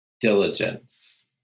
Diligence